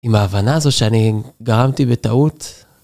עם ההבנה הזו שאני גרמתי בטעות.